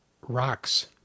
rocks